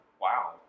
Wow